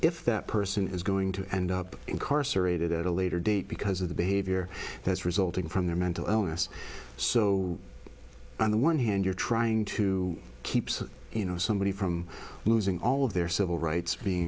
if that person is going to end up incarcerated at a later date because of the behavior that's resulting from their mental illness so on the one hand you're trying to keep you know somebody from losing all of their civil rights being